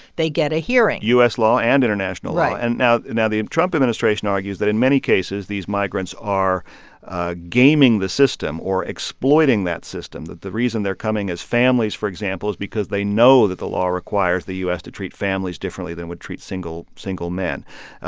they get a hearing u s. law and international law and right and now, the trump administration argues that in many cases, these migrants are ah gaming the system or exploiting that system, that the reason they're coming as families, for example, is because they know that the law requires the u s. to treat families differently than would treat single single men.